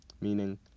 meaning